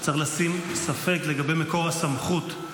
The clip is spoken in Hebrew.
צריך לשים ספק לגבי מקור הסמכות,